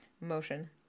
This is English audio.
motion